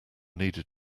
needed